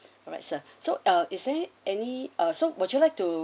alright sir so uh is there any uh so would you like to